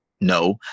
no